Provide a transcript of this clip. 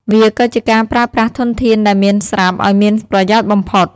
វាក៏ជាការប្រើប្រាស់ធនធានដែលមានស្រាប់ឱ្យមានប្រយោជន៍បំផុត។